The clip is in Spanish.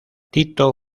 tito